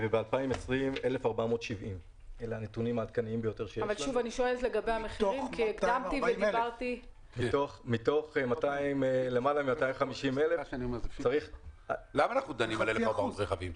ב-2020 1,470. למה אנחנו דנים על 1,400 רכבים?